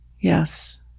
Yes